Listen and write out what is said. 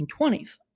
1920s